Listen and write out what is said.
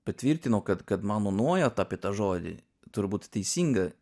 patvirtino kad kad mano nuojauta apie tą žodį turbūt teisinga